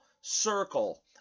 circle